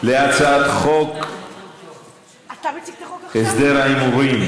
אנחנו עוברים להצעת חוק להסדר ההימורים